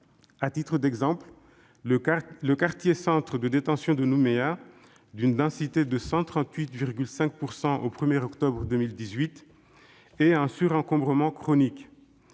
À titre d'exemple, le quartier centre de détention de Nouméa, d'une densité de 138,5 % au 1 octobre 2018, est en surencombrement chronique.